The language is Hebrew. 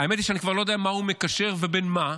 האמת שאני לא יודע מה הוא מקשר ובין מה,